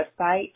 website